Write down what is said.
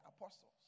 apostles